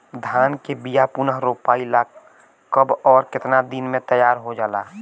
धान के बिया पुनः रोपाई ला कब और केतना दिन में तैयार होजाला?